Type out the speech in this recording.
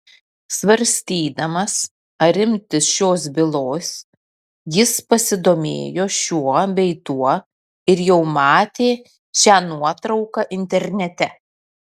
svarstydamas ar imtis šios bylos jis pasidomėjo šiuo bei tuo ir jau matė šią nuotrauką internete